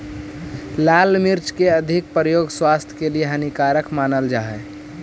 लाल मिर्च के अधिक प्रयोग स्वास्थ्य के लिए हानिकारक मानल जा हइ